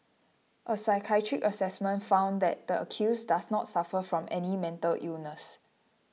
a psychiatric assessment found that the accused does not suffer from any mental illness